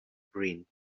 brain